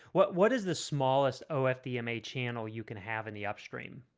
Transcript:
what what is the smallest ofdm a channel you can have in the upstream?